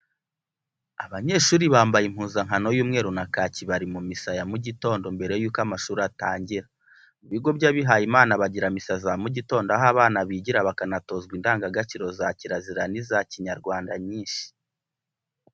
Abanyeshuri bambaye impuzankano y'umweru na kaki bari mu misa ya mu gitondo mbere yuko amashuri atangira, mu bigo by'abihayimana bagira misa za mu gitondo aho abana bigira bakanatozwa indanga gaciro za kiriziya ni za kinyarwanda nyinshi.